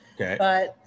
Okay